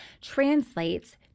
translates